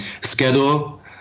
schedule